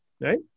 Right